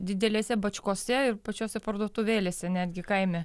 didelėse bačkose ir pačiose parduotuvėlėse netgi kaime